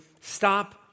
stop